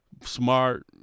smart